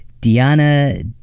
Diana